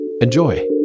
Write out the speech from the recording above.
enjoy